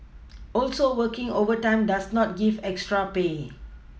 also working overtime does not give extra pay